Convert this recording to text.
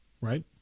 Right